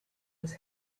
was